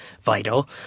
vital